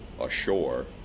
ashore